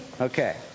Okay